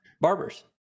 barbers